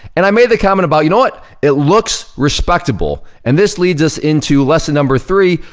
and i made the comment about, you know what, it looks respectable, and this leads us into lesson number three,